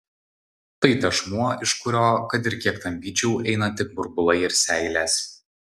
tai tešmuo iš kurio kad ir kiek tampyčiau eina tik burbulai ir seilės